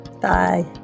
Bye